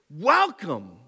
Welcome